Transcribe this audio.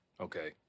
Okay